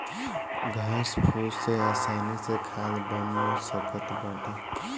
घास फूस से आसानी से खाद बन सकत बाटे